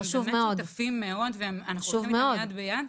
הם שותפים ואנחנו הולכים יד ביד.